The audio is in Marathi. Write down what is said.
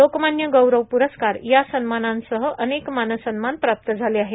लोकमान्य गौरव पुरस्कार या सन्मानांसह अनेक मानसन्मान प्राप्त झाले आहेत